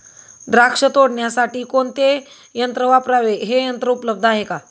द्राक्ष तोडण्यासाठी कोणते यंत्र वापरावे? हे यंत्र उपलब्ध आहे का?